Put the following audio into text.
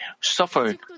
suffered